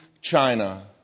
China